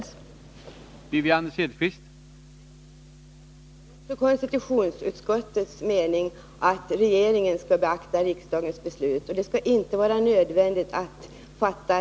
som Wivi-Anne Cederqvist sade, att vi i sak är överens.